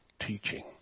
teaching